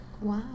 Wow